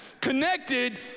connected